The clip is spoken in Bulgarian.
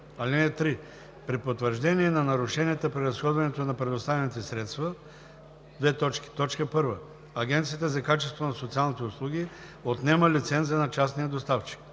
(3) При потвърждение на нарушенията при разходването на предоставените средства: 1. Агенцията за качеството на социалните услуги отнема лиценза на частния доставчик;